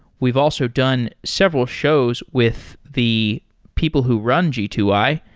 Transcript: we've also done several shows with the people who run g two i,